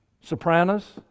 sopranos